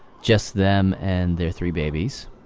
just them and their three babies,